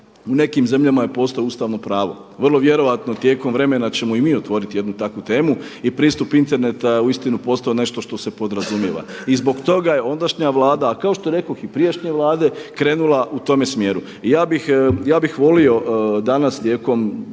u nekim zemljama je postao ustavno pravo. Vrlo vjerojatno tijekom vremena ćemo i mi otvoriti jednu takvu temu i pristup interneta je uistinu postao nešto što se podrazumijeva. I zbog toga je ondašnja Vlada, a kao što rekoh i prijašnje Vlade krenula u tome smjeru. I ja bih volio danas tijekom